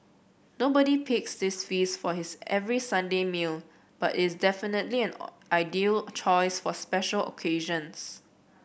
nobody picks this feast for his every Sunday meal but is definitely an ideal choice for special occasions